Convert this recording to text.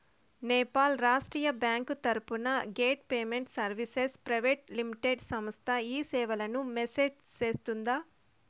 Nepal Rashtriya bank తరపున gate payment services private limited సంస్థ ఈ సేవలను మేనేజ్ సేస్తుందా?